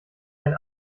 ein